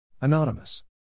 Anonymous